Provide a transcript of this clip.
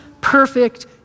perfect